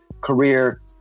career